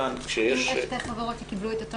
כשיש --- אם יש שתי חברות שקיבלו את אותו